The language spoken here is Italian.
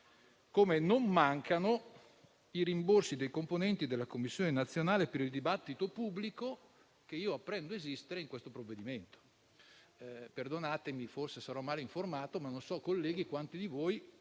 e non mancano i rimborsi dei componenti della commissione nazionale per il dibattito pubblico della cui esistenza vengo a sapere tramite questo provvedimento. Perdonatemi, forse sarò male informato ma non so, colleghi, quanti di voi